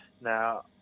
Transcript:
Now